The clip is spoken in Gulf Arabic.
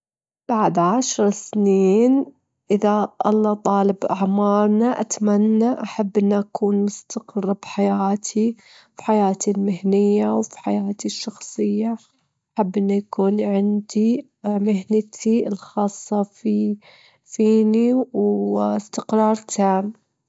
في يوم من الأيام جطوة فضولية لجيت جلادة سحرية في الحديقة، أول ما لبستها صار عندها إنها تجدر تتكلم مع البشر، وابتديت تتكلم معاهم وتسولف، وتساعد أهل الديرة، كل يوم يكتشفون فيها ميزة جديدة.